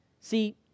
See